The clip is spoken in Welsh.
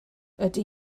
ydy